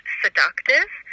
seductive